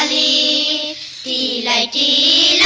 ah e e like e